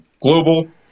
global